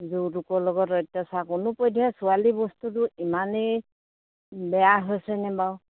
যৌতুকৰ লগত অত্যাচাৰ কোনোপধ্য়ে ছোৱালী বস্তুটো ইমানেই বেয়া হৈছেনে বাৰু